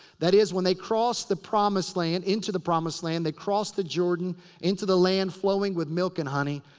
that is, when they crossed the promised land. into the promised land they crossed the jordan into the land flowing with milk and honey.